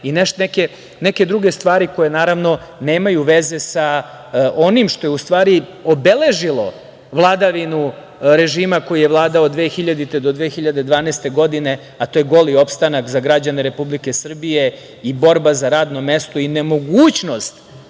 i neke druge stvari koje, naravno, nemaju veze sa onim što je u stvari obeležilo vladavinu režima koji je vladao od 2000. do 2012. godine, a to je goli opstanak za građane Republike Srbije i borba za radno mesto i nemogućnost